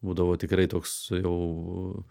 būdavo tikrai toks jau